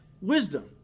wisdom